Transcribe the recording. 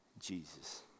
jesus